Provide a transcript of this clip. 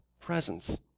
presence